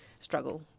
Struggle